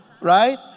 right